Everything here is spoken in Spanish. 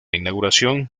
inauguración